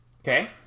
Okay